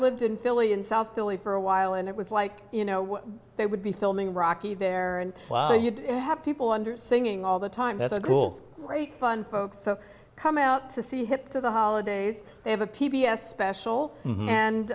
would in philly in south philly for a while and it was like you know they would be filming rocky there and well you'd have to people wonder singing all the time that's a cool great fun folks so come out to see hip to the holidays they have a p b s special and